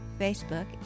Facebook